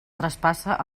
traspassa